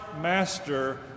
master